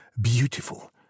beautiful